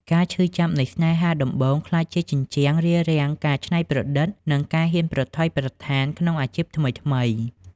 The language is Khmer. ការឈឺចាប់នៃស្នេហាដំបូងក្លាយជា "ជញ្ជាំង" រារាំងការច្នៃប្រឌិត និងការហ៊ានប្រថុយប្រថានក្នុងអាជីពថ្មីៗ។